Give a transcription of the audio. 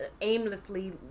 Aimlessly